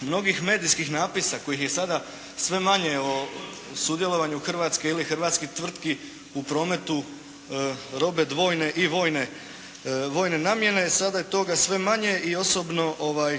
mnogih medijskih napisa kojih je sada sve manje u sudjelovanju Hrvatske ili hrvatskih tvrtki u prometu robe dvojne i vojne namjene, sada je toga sve manje i osobno